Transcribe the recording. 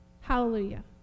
Hallelujah